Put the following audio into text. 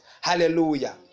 Hallelujah